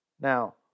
Now